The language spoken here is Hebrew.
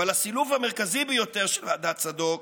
אבל הסילוף המרכזי ביותר של ועדת צדוק